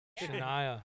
Shania